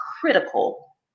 critical